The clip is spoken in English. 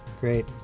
Great